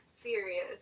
serious